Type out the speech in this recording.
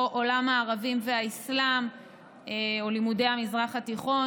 עולם הערבים והאסלאם או לימודי המזרח התיכון.